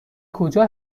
کجا